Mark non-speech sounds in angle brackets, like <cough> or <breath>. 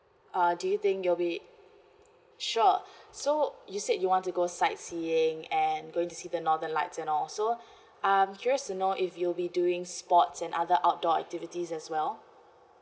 uh do you think you'll be sure <breath> so you said you want to go sightseeing and going to see the northern lights and all so I'm curious to know if you'll be doing sports and other outdoor activities as well